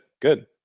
Good